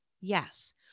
Yes